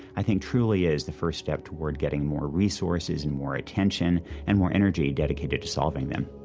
i think truly is the first step toward getting more resources and more attention and more energy dedicated to solving them